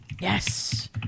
Yes